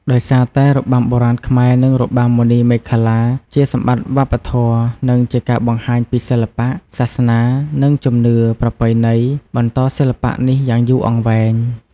ដោយសារតែរបាំបុរាណខ្មែរនិងរបាំមណីមេខលា ជាសម្បត្តិវប្បធម៌ និងជាការបង្ហាញពីសិល្បៈ សាសនា និងជំនឿប្រពៃណីបន្តសិល្បៈនេះយ៉ាងយូរអង្វែង។